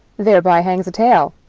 thereby hangs a tale.